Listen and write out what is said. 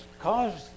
caused